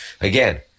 again